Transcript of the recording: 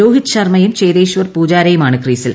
രോഹിത് ശർമ്മയും ചേതേശ്ചർ പൂജാരയുമാണ് ക്രീസിൽ